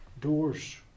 Doors